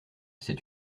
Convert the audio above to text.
c’est